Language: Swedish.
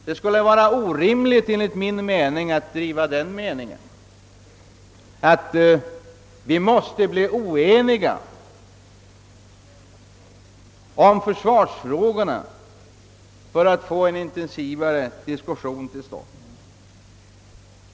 Det skulle enligt min mening vara orimligt om vi måste bli oeniga beträffande försvarsfrågorna för att få en intensivare diskussion till stånd.